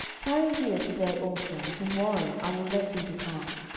tarry here to day also, and to morrow i will let thee depart.